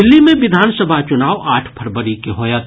दिल्ली मे विधानसभा चुनाव आठ फरवरी के होयत